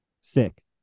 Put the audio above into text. sick